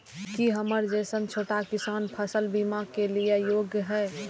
की हमर जैसन छोटा किसान फसल बीमा के लिये योग्य हय?